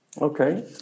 Okay